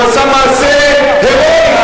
הוא עשה מעשה הירואי,